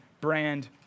brand